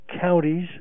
counties